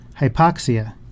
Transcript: Hypoxia